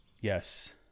Yes